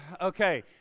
Okay